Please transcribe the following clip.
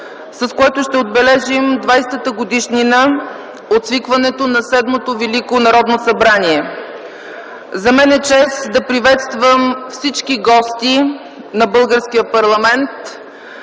с което ще отбележим двадесетата годишнина от свикването на Седмото Велико Народно събрание. За мен е чест да приветствам всички гости на българския парламент,